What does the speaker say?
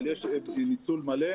אבל יש ניצול מלא.